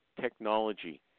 technology